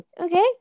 Okay